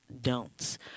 don'ts